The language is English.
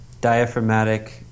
diaphragmatic